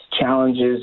challenges